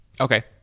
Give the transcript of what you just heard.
Okay